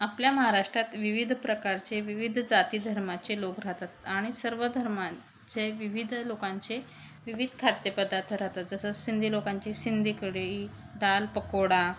आपल्या महाराष्ट्रात विविध प्रकारचे विविध जाती धर्माचे लोक राहतात आणि सर्व धर्माचे विविध लोकांचे विविध खाद्यपदार्थ राहतात जसं सिंधी लोकांची सिंधी कढी दाल पकोडा